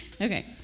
Okay